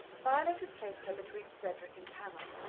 violet had placed her between cedric and pamela,